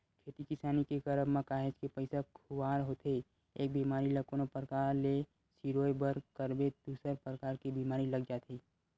खेती किसानी के करब म काहेच के पइसा खुवार होथे एक बेमारी ल कोनो परकार ले सिरोय बर करबे दूसर परकार के बीमारी लग जाथे